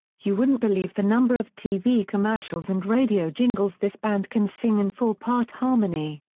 you wouldn't believe the number of tv commercials and radio jingles this band can sing in four-part harmony.